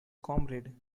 comrade